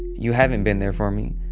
you haven't been there for me,